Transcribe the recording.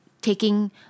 taking